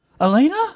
Elena